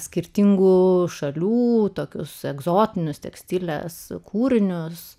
skirtingų šalių tokius egzotinius tekstilės kūrinius